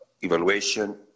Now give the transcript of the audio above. evaluation